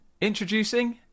Introducing